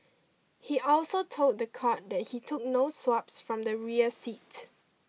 he also told the court that he took no swabs from the rear seat